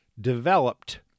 developed